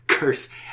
curse